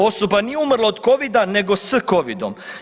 Osoba nije umrla od Covida nego s Covidom.